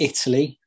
Italy